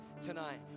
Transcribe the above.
tonight